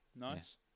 Nice